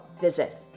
visit